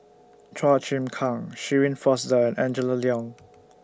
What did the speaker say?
Chua Chim Kang Shirin Fozdar and Angela Liong